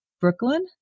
Brooklyn